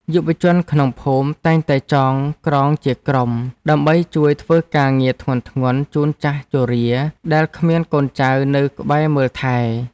យុវជនក្នុងភូមិតែងតែចងក្រងជាក្រុម ដើម្បីជួយធ្វើការងារធ្ងន់ៗជូនចាស់ជរាដែលគ្មានកូនចៅនៅក្បែរមើលថែ។